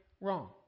Wrong